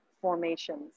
formations